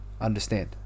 understand